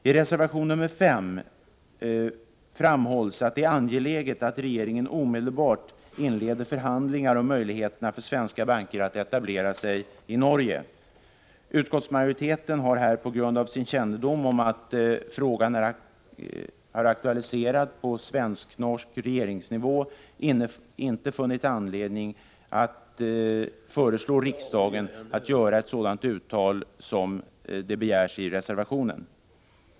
I reservation nr 5 framhålls att det är angeläget att regeringen omedelbart inleder förhandlingar om möjligheterna för svenska banker att etablera sig i Norge. Utskottsmajoriteten har här, på grund av kännedomen om att frågan är aktualiserad på svensk-norsk regeringsnivå, inte funnit någon anledning till att föreslå riksdagen att göra ett sådant uttalande som begärs i reservationen.